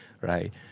right